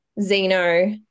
Zeno